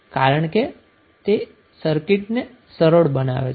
કારણ કે તે સર્કિટને સરળ બનાવે છે